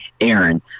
Aaron